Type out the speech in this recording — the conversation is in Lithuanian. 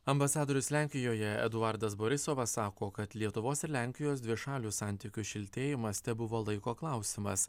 ambasadorius lenkijoje eduardas borisovas sako kad lietuvos ir lenkijos dvišalių santykių šiltėjimas tebuvo laiko klausimas